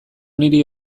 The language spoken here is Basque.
niri